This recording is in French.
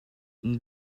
une